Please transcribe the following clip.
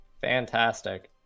fantastic